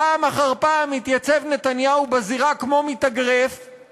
פעם אחר פעם מתייצב נתניהו בזירה כמו מתאגרף,